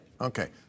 Okay